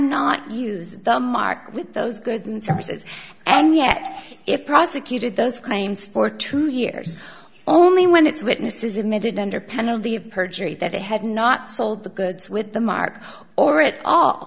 not use the mark with those goods and services and yet it prosecuted those claims for two years only when its witnesses admitted under penalty of perjury that they had not sold the goods with the mark or it